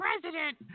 president